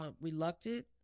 reluctant